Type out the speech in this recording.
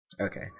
Okay